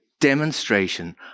demonstration